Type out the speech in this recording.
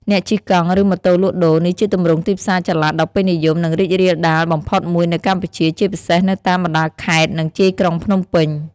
អ្នកជិះកង់ ឬ ម៉ូតូលក់ដូរ នេះជាទម្រង់ទីផ្សារចល័តដ៏ពេញនិយម និងរីករាលដាលបំផុតមួយនៅកម្ពុជា ជាពិសេសនៅតាមបណ្ដាខេត្ត និងជាយក្រុងភ្នំពេញ។